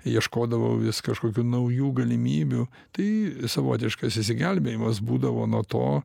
ieškodavau vis kažkokių naujų galimybių tai savotiškas išsigelbėjimas būdavo nuo to